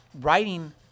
writing